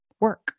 work